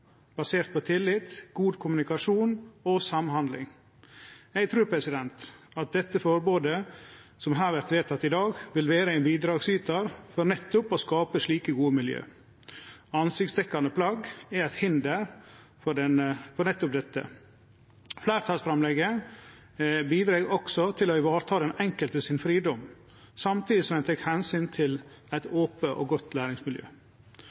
basert på tillit, god kommunikasjon og samhandling. Eg trur at forbodet som vert vedteke her i dag, vil vere ein bidragsytar for å skape nettopp slike gode miljø. Ansiktsdekkjande plagg er eit hinder for det. Fleirtalsframlegget bidreg også til å vareta fridomen til den enkelte, samtidig som det tek omsyn til eit ope og godt læringsmiljø.